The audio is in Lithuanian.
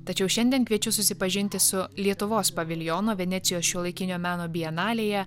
tačiau šiandien kviečiu susipažinti su lietuvos paviljono venecijos šiuolaikinio meno bienalėje